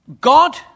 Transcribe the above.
God